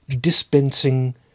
dispensing